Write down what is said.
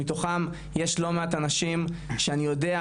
שמתוכם יש לא מעט אנשים שאני יודע,